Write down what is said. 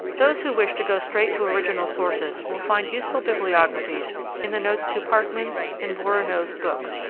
those who wish to go straight to original sources will find useful bibliographies in the notes to parkman's and bourinot's books,